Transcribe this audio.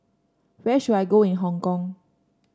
where should I go in Hong Kong